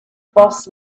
boss